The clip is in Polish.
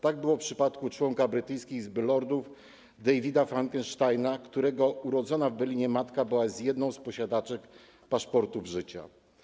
Tak było w przypadku członka brytyjskiej Izby Lordów Davida Finkelsteina, którego urodzona w Berlinie matka była jedną z posiadaczek paszportów życia.